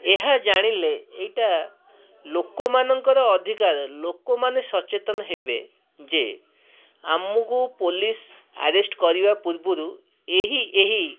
ଏହା ଜାଣିଲେ ଏଇଟା ଲୋକମାନଙ୍କର ଅଧିକାର ଲୋକମାନେ ସଚେତନ ହେବେ ଯେ ଆମକୁ ପୋଲିସ ଆରେଷ୍ଟ କରିବା ପୂର୍ବରୁ ଏହି ଏହି